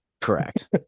Correct